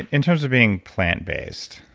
in terms of being plant based,